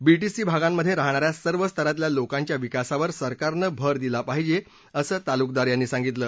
BTC भागांमध्ये राहणाऱ्या सर्व स्तरातल्या लोकांच्या विकासावर सरकारनं भर दिला पाहिजे असं तालुकदार यांनी सांगितलं